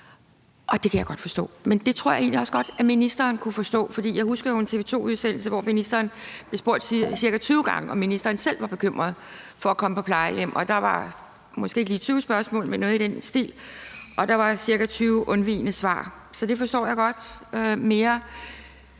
og det kan jeg godt forstå. Men det tror jeg egentlig også godt at ministeren kan forstå, for jeg husker jo en TV 2-udsendelse, hvor ministeren blev spurgt ca. 20 gange, om ministeren selv var bekymret for at komme på plejehjem – det var måske ikke lige 20 spørgsmål, men noget i den stil – og der var ca. 20 undvigende svar. Så det forstår jeg godt, mere